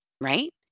right